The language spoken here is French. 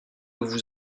vous